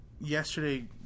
yesterday